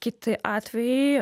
kiti atvejai